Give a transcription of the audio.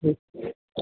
ഉം